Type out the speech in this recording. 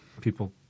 people